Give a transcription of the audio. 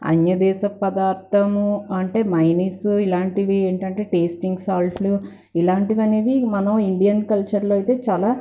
అన్యదేశపు పదార్థము అంటే మైనిస్ ఇలాంటివి ఏంటంటే టేస్టింగ్ సాల్టులు ఇలాంటివనేవి మనం ఇండియన్ కల్చర్లో అయితే చాలా